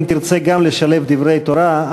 אם תרצה גם לשלב דברי תורה,